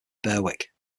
berwick